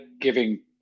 giving